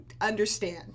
understand